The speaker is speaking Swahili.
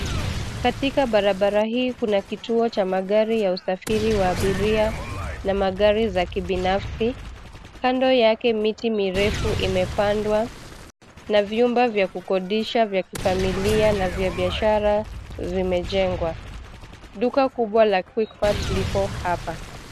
Katika barabara hii kuna kituo cha magari ya usafiri wa abiria na magari za kibinafsi. Kando yake miti mirefu imepandwa na vyumba vya kukodisha vya kifamilia na vya biashara vimejengwa. Duka kubwa la Quickmart liko hapa.